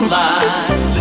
life